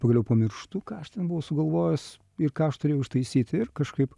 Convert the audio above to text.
pagaliau pamirštu ką aš ten buvo sugalvojęs ir ką aš turėjau ištaisyti ir kažkaip